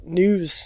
news